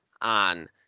on